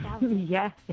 Yes